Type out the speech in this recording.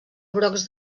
brocs